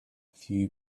few